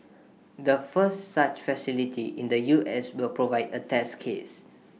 the first such facility in the U S will provide A test case